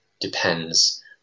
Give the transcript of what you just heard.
depends